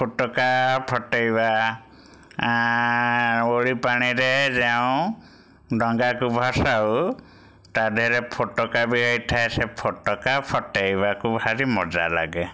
ଫୋଟକା ଫଟେଇବା ଓଳିପାଣିରେ ଯେଉଁ ଡଙ୍ଗାକୁ ଭସାଉ ତା'ଦେହରେ ଫୋଟକା ବି ଥାଏ ସେ ଫୋଟକା ଫଟେଇବାକୁ ଭାରି ମଜା ଲାଗେ